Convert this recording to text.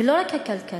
ולא רק הכלכלי,